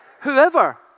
Whoever